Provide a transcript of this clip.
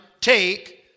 take